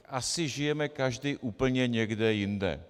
Asi žijeme každý úplně někde jinde.